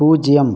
பூஜ்ஜியம்